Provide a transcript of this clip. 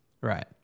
Right